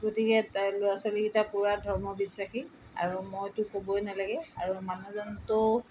গতিকে তাই ল'ৰা ছোৱালীকেইটা পূৰা ধৰ্ম বিশ্বাসী আৰু মইতো ক'বই নালাগে আৰু মানুহজনতো